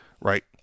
Right